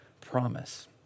promise